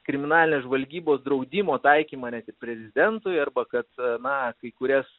kriminalinės žvalgybos draudimo taikymą net ir prezidentui arba kad na kai kurias